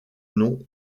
nom